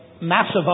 massive